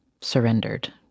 surrendered